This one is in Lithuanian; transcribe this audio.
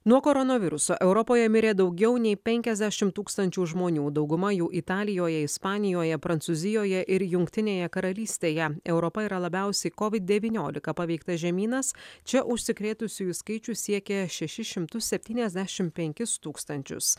nuo koronaviruso europoje mirė daugiau nei penkiasdešim tūkstančių žmonių dauguma jų italijoje ispanijoje prancūzijoje ir jungtinėje karalystėje europą yra labiausiai covid devyniolika paveiktas žemynas čia užsikrėtusiųjų skaičius siekė šešis šimtus septyniasdešim penkis tūkstančius